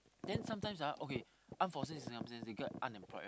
then sometimes ah okay unforseen circumstances the get unemployed right